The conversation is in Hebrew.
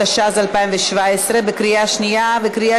חברי כנסת, 23 מתנגדים, אין נמנעים.